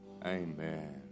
Amen